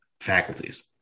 faculties